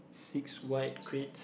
six white crates